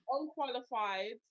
unqualified